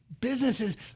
businesses